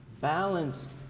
balanced